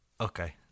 Okay